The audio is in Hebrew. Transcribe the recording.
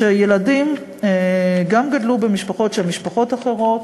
שילדים גם גדלו במשפחות שהן משפחות אחרות